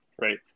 right